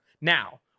Now